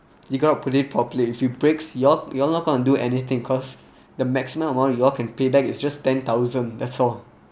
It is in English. you gotta put it properly if it breaks you're you're not gonna do anything cause the maximum amount you all can pay back it's just ten thousand that's all